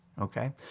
Okay